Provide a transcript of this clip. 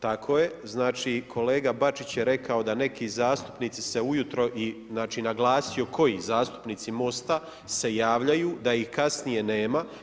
Tako je, kolega Bačić je rekao da neki zastupnici se ujutro i znači naglasio koji zastupnici Mosta se javljaju, da ih kasnije nema.